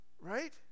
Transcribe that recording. right